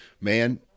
Man